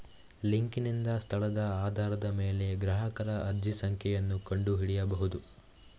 ಲಿಂಕಿನಿಂದ ಸ್ಥಳದ ಆಧಾರದ ಮೇಲೆ ಗ್ರಾಹಕರ ಅರ್ಜಿ ಸಂಖ್ಯೆಯನ್ನು ಕಂಡು ಹಿಡಿಯಬಹುದು